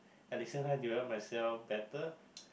at the same time develop myself better